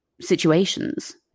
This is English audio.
situations